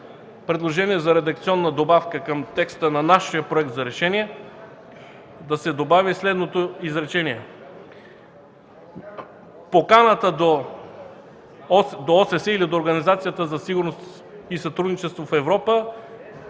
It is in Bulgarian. предложение за редакционна добавка към текста на нашия Проект за решение – да се добави следното изречение: „Поканата до Организацията за сигурност и сътрудничество в Европа